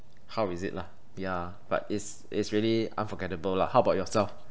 how is it lah yeah but it's it's really unforgettable lah how about yourself